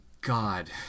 God